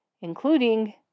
including